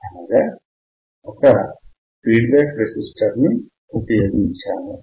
అనగా ఒక feedback resistor ని ఉపయోగించాము